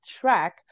track